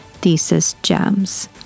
thesisgems